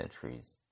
centuries